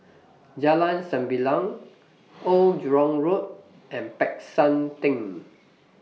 Jalan Sembilang Old Jurong Road and Peck San Theng